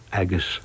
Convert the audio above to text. agus